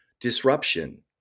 disruption